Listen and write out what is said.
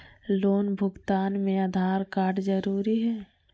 Loan भुगतान में Aadhaar card जरूरी है?